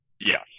Yes